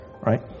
right